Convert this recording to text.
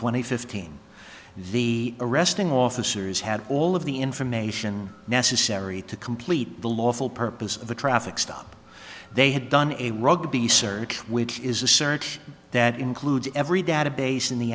and fifteen the arresting officers had all of the information necessary to complete the lawful purpose of a traffic stop they had done a rugby search which is a search that includes every database in the